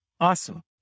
Awesome